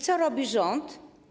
Co robi rząd?